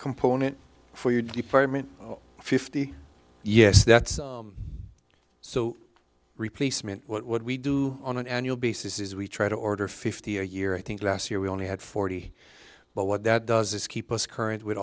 component for your department fifty yes that's so replacement what we do on an annual basis is we try to order fifty a year i think last year we only had forty but what that does is keep us current with